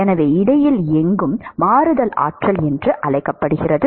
எனவே இடையில் எங்கும் மாறுதல் ஆட்சி என்று அழைக்கப்படுகிறது